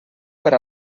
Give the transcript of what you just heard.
per